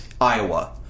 Iowa